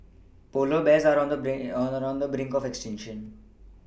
polar bears are on the brink or on the brink of extinction